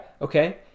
okay